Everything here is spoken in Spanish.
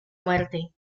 muerte